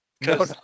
No